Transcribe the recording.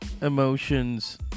emotions